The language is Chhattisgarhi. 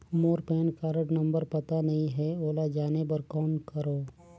मोर पैन कारड नंबर पता नहीं है, ओला जाने बर कौन करो?